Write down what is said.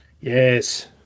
Yes